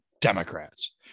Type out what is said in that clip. democrats